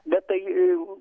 bet tai